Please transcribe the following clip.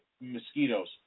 mosquitoes